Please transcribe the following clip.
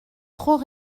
trop